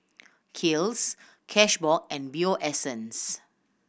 Kiehl's Cashbox and Bio Essence